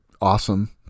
awesome